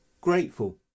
grateful